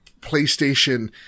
PlayStation